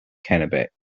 kennebec